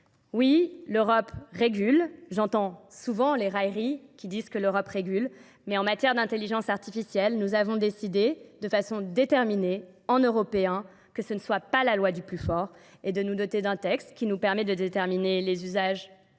Oui, l'Europe régule. J'entends souvent les railleries qui disent que l'Europe régule. Mais en matière d'intelligence artificielle, nous avons décidé de façon déterminée, en européen, que ce ne soit pas la loi du plus fort et de nous noter d'un texte qui nous permet de déterminer les usages anodins